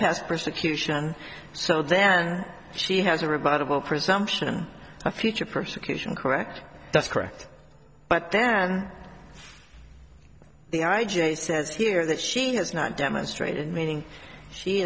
past persecution so then she has a rebuttable presumption of a future persecution correct that's correct but then the i j a says here that she has not demonstrated meaning she